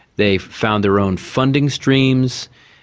they found their own funding streams,